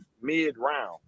mid-round